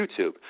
YouTube